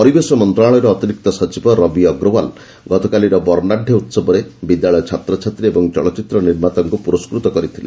ପରିବେଶ ମନ୍ତ୍ରଶାଳୟର ଅତିରିକ୍ତ ସଚିବ ରବି ଅଗ୍ରୱାଲ୍ ଗତକାଲିର ବର୍ଣ୍ଣାତ୍ୟ ଉତ୍ସବରେ ବିଦ୍ୟାଳୟ ଛାତ୍ରଛାତ୍ରୀ ଓ ଚଳଚ୍ଚିତ୍ର ନିର୍ମାତାମାନଙ୍କୁ ପୁରସ୍କୃତ କରିଥିଲେ